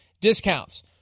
discounts